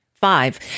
five